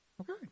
Okay